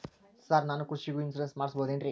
Sir ನಾನು ಕೃಷಿಗೂ insurance ಮಾಡಸಬಹುದೇನ್ರಿ?